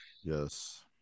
Yes